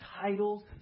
titles